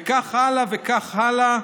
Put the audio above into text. וכך הלאה וכך הלאה.